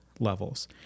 Levels